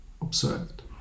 observed